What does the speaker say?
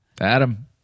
Adam